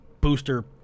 booster